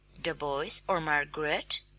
the boys, or margaret?